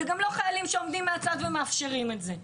וגם לא חיילים שעומדים מהצד ומאפשרים את זה.